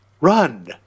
run